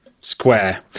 Square